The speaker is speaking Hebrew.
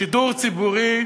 שידור ציבורי,